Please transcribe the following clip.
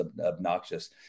obnoxious